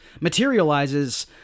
materializes